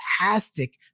fantastic